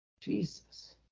jesus